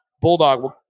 bulldog